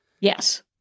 Yes